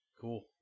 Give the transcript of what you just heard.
cool